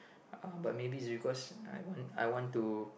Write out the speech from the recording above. uh but maybe is because I want I want to